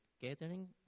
gathering